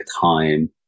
time